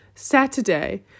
Saturday